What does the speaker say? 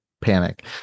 panic